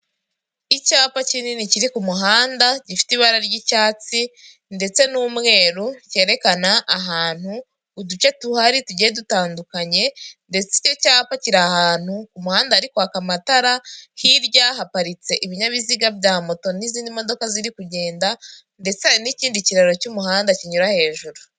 Icyapa kinini kiri ku muhanda gifite ibara ry'icyatsi ndetse n'umweru cyerekana ahantu uduce duhari tugiye dutandukanye ndetse icyo cyapa kiri ahantu, umuhanda hari kwaka amatara, hirya haparitse ibinyabiziga bya moto n'izindi modoka ziri kugenda ndetse hari n'ikindi kiraro cy'umuhanda kinyura hejuru.